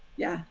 yeah,